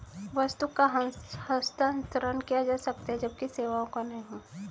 वस्तु का हस्तांतरण किया जा सकता है जबकि सेवाओं का नहीं